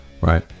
right